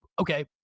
okay